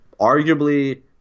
arguably